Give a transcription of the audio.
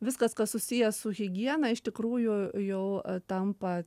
viskas kas susiję su higiena iš tikrųjų jau tampa